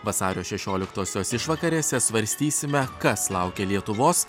vasario šešioliktosios išvakarėse svarstysime kas laukia lietuvos